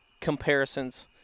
comparisons